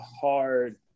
hard –